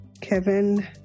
Kevin